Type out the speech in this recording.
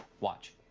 watch.